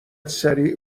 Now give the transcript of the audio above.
سریع